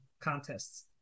contests